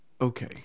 Okay